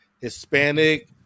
Hispanic